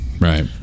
right